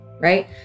Right